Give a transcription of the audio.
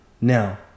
now